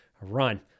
run